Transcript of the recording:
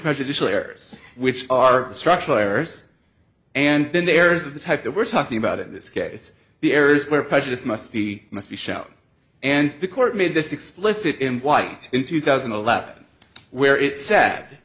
prejudicial errors which are structural errors and then there's the type that we're talking about in this case the areas where prejudice must be must be shown and the court made this explicit in white in two thousand and eleven where it's